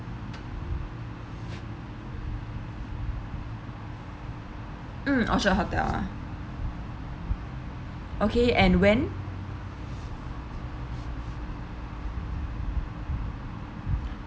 mm ocean hotel ah okay and when